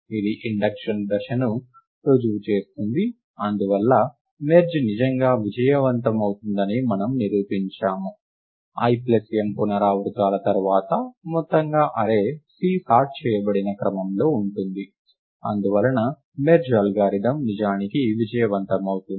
ఇది ఇండక్షన్ దశను రుజువు చేస్తుంది అందువల్ల మెర్జ్ నిజంగా విజయవంతమవుతుందని మనము నిరూపించాము l ప్లస్ m పునరావృతాల తర్వాత మొత్తంగా అర్రే C సార్ట్ చేయబడిన క్రమంలో ఉంటుంది అందువలన మెర్జ్ అల్గోరిథం నిజానికి విజయవంతమవుతుంది